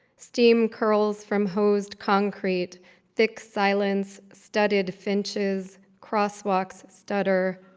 steam curls from hosed concrete thick silence, studied finches, crosswalks stutter.